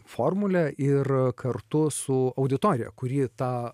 formule ir kartu su auditorija kuri tą